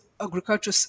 agriculture